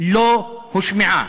לא הושמעה.